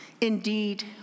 Indeed